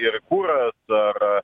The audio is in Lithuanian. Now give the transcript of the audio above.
ir kuras ar